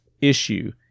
issue